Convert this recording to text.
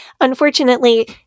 Unfortunately